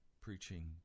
preaching